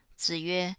zi yue,